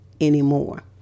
anymore